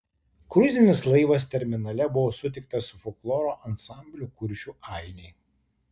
kruizinis laivas terminale buvo sutiktas su folkloro ansambliu kuršių ainiai